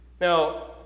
Now